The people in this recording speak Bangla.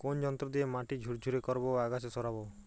কোন যন্ত্র দিয়ে মাটি ঝুরঝুরে করব ও আগাছা সরাবো?